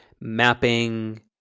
mapping